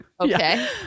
okay